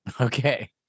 Okay